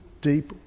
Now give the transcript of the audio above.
deep